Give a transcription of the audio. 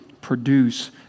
produce